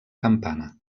campana